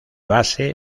base